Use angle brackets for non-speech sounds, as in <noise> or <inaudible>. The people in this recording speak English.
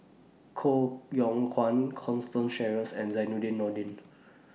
Koh Yong Guan Constance Sheares and Zainudin Nordin <noise>